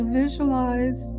visualize